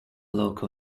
local